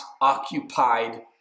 occupied